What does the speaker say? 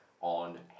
on